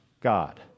God